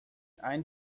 einen